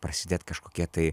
prasidėt kažkokie tai